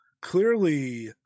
clearly